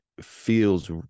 feels